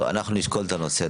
אנחנו נשקול את הנושא.